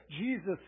Jesus